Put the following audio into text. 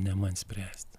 ne man spręsti